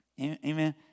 Amen